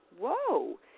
whoa